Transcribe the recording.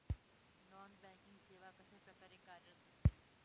Non banking सेवा कशाप्रकारे कार्यरत असते?